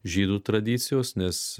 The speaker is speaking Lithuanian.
žydų tradicijos nes